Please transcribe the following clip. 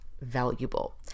valuable